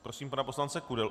Prosím pana poslance Kudelu.